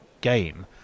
game